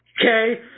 okay